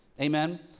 Amen